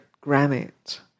granite